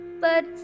But-